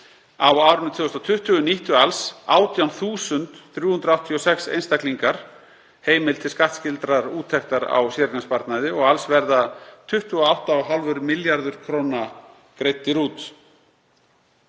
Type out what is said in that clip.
Á árinu 2020 nýttu alls 18.386 einstaklingar heimild til skattskyldrar úttektar á séreignarsparnaði og alls voru 28,5 milljarðar kr. greiddir út.